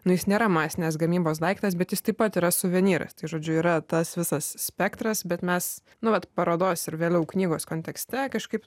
nu jis nėra masinės gamybos daiktas bet jis taip pat yra suvenyras tai žodžiu yra tas visas spektras bet mes nu vat parodos ir vėliau knygos kontekste kažkaip